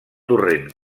torrent